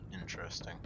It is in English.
Interesting